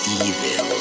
evil